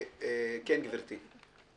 כן, גברתי.